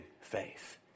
faith